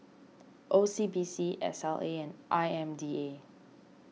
O C B C S L A and I M D A